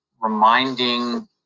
reminding